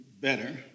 Better